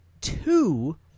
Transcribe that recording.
two